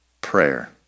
prayer